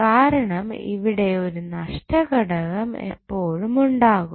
കാരണം അവിടെ ഒരു നഷ്ട ഘടകം എപ്പോഴുമുണ്ടാകും